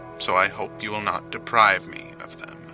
so i hope you will not deprive me of them.